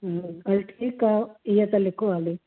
हल ठीकु आ इहे त लिखो हाली